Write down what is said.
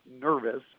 nervous